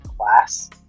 class